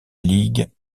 ligue